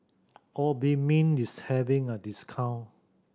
Obimin is having a discount